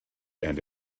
and